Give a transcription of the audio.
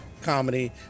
comedy